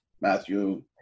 Matthew